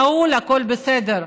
נעול, הכול בסדר.